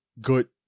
good